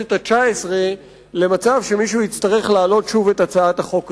בכנסת התשע-עשרה למצב שמישהו יצטרך להעלות שוב את הצעת החוק הזו.